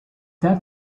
that